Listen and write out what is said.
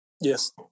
Yes